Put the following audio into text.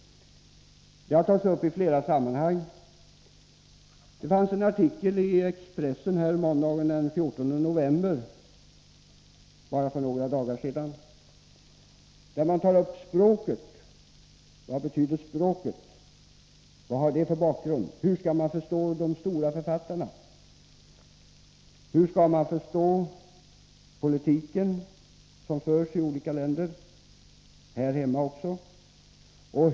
Den har tagits upp i flera sammanhang. I en artikel i Expressen för bara några dagar sedan — måndagen den 14 november — tog Lars Gyllensten upp språkets betydelse och vad det har för bakgrund. Hur skall man förstå de stora författarna? Hur skall man förstå den politik som förs i olika länder och även här hemma?